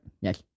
Yes